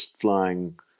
flying